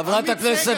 עמית סגל,